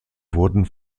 wurden